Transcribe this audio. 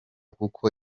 kuko